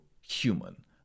human